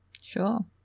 Sure